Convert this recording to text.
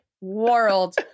world